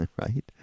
right